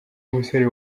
musore